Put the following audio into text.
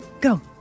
Go